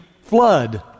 flood